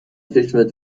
چشمت